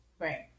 Right